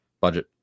budget